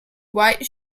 white